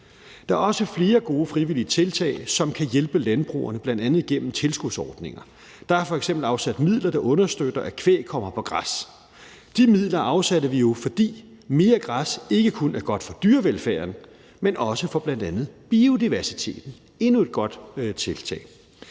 Der er også flere gode frivillige tiltag, som kan hjælpe landbrugerne, bl.a. gennem tilskudsordninger. Der er f.eks. afsat midler, der understøtter, at kvæg kommer på græs. De midler afsatte vi jo, fordi mere græs ikke kun er godt for dyrevelfærden, men også for bl.a. biodiversiteten; endnu et godt tiltag.